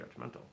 judgmental